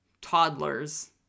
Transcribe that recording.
toddlers